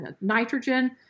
nitrogen